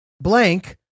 blank